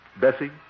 Bessie